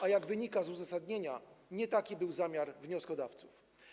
A jak wynika z uzasadnienia, nie taki był zamiar wnioskodawców.